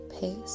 pace